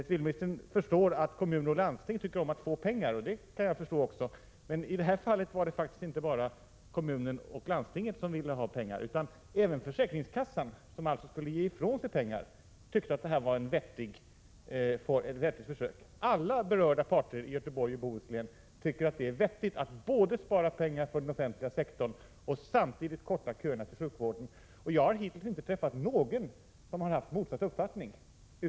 Civilministern förstår att kommuner och landsting tycker om att få pengar, och det kan också jag förstå, men i det här fallet var det faktiskt inte bara så att kommunen och landstinget ville ha pengar. Även försäkringskassan, som skulle ge ifrån sig pengar, tyckte att det gällde ett vettigt försök. Alla berörda parter i Göteborg och Bohuslän tycker att det är bra att både spara pengar för den offentliga sektorn och samtidigt korta av köerna inom sjukvården. Jag har hittills inte träffat någon, utom regeringen, som har motsatt uppfattning.